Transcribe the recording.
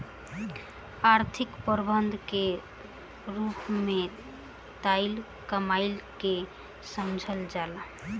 आर्थिक प्रबंधन के रूप में तय कमाई के समझल जाला